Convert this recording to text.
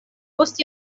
post